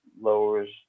lowers